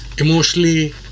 emotionally